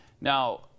Now